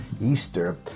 Easter